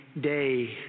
day